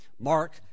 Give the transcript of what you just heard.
Mark